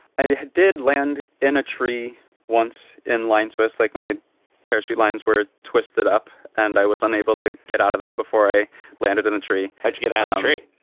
i did land in a tree once in line. so it's like my parachute lines were twisted up and i was unable to get out of that before i landed in a tree. how'd you get out of the tree?